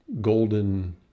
golden